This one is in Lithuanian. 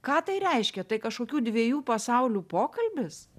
ką tai reiškia tai kažkokių dviejų pasaulių pokalbis